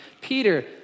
Peter